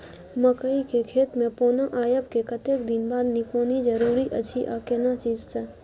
मकई के खेत मे पौना आबय के कतेक दिन बाद निकौनी जरूरी अछि आ केना चीज से?